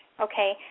okay